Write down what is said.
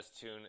tune